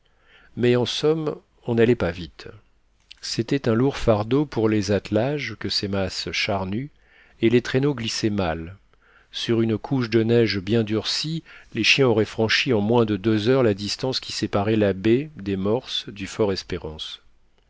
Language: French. mais en somme on n'allait pas vite c'était un lourd fardeau pour les attelages que ces masses charnues et les traîneaux glissaient mal sur une couche de neige bien durcie les chiens auraient franchi en moins de deux heures la distance qui séparait la baie des morses